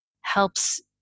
helps